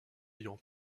ayant